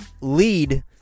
lead